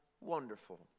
Wonderful